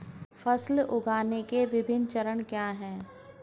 फसल उगाने के विभिन्न चरण क्या हैं?